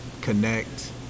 connect